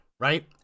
Right